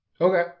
Okay